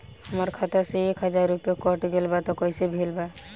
हमार खाता से एक हजार रुपया कट गेल बा त कइसे भेल बा?